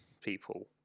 people